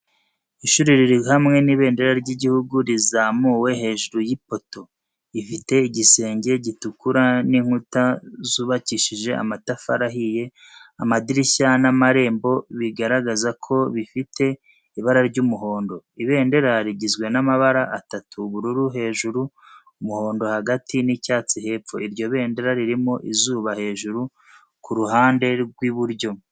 Ishuri riri hamwe n’ibendera ry’igihugu rizamuzamuwe hejuru y’ipoto. Ifite igisenge gitukura n’inkuta zubakishije amatafari ahiye Amadirishya n’amarembo bigaragaza ko bifite ibara ry’umuhondo. Ibendera rigizwe n’amabara atatu: ubururu hejuru, umuhondo hagati, n’icyatsi hepfo. Iryo bendera ririmo izuba hejuru ku ruhande rw’iburyo.